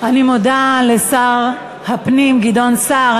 אני מודה לשר הפנים גדעון סער.